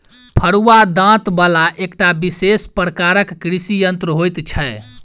फरूआ दाँत बला एकटा विशेष प्रकारक कृषि यंत्र होइत छै